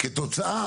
כתוצאה